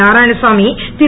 Narayanasamy Thiru